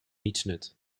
nietsnut